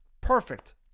Perfect